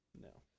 No